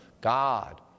God